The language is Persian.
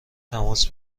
تماس